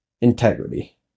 Integrity